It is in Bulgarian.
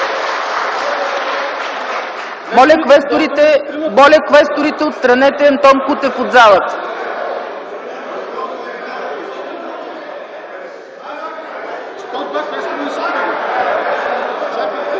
Моля, квесторите, отстранете Антон Кутев от залата!